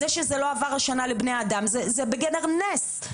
זה שזה לא עבר השנה לבני אדם זה בגדר נס.